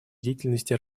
деятельности